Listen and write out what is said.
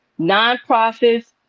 nonprofits